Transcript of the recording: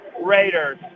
Raiders